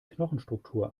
knochenstruktur